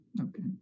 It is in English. Okay